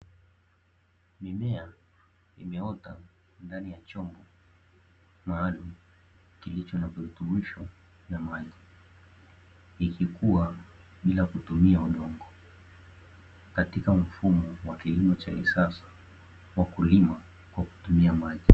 Mimea imeota ndani ya chombo maalumu kilicho na virutubisho na maji, ikikua bila kutumia udongo katika mfumo wa kilimo cha kisasa wa kulima kwa kutumia maji.